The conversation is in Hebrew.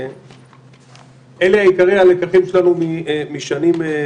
גם מטיילים וגם חבר'ה שניסו לחצות אותם.